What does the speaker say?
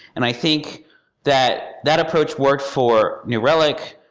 and i think that that approach worked for new relic.